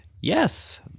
Yes